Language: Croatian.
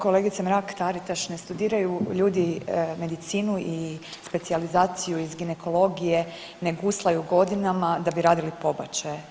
Kolegice Mrak Taritaš ne studiraju ljudi medicinu i specijalizaciju iz ginekologije ne guslaju godinama da bi radili pobačaje.